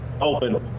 open